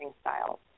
styles